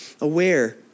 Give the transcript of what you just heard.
aware